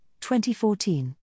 2014